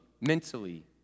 mentally